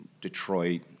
Detroit